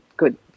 good